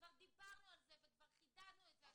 וכבר דיברנו על זה וכבר חידדנו את זה,